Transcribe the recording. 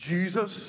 Jesus